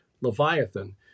Leviathan